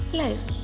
life